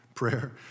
Prayer